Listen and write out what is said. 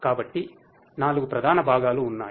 కాబట్టి నాలుగు ప్రధాన భాగాలు ఉన్నాయి